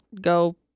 go